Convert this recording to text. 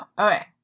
okay